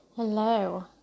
Hello